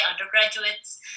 undergraduates